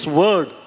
word